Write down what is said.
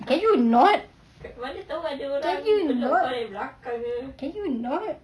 can you not can you not can you not